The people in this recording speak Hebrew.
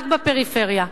רק בפריפריה,